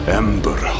ember